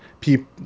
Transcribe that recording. people